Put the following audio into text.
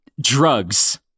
drugs